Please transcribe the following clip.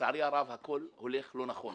לצערי הרב, הכול הולך לא נכון.